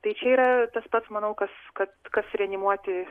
tai čia yra tas pats manau kas kad kas reanimuoti